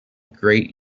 great